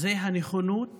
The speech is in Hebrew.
זאת הנכונות